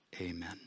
Amen